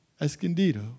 Escondido